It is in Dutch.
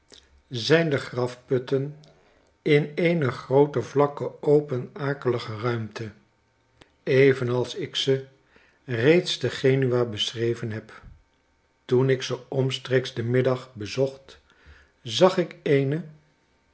zyn de grafputten in eene groote vlakke open akelige ruimte evenals ik ze reeds te genua beschreven heb toen ik ze omstreeks den middag bezocht zag ik eene